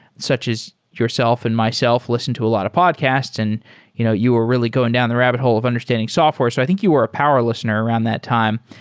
such as yourself and myself, lis ten and to a lot of podcasts, and you know you are really going down the rabb it hole of understanding software. so i think you are power lis tener around that time.